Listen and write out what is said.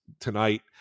tonight